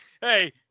hey